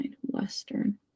Western